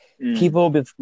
People